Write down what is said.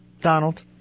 Donald